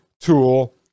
tool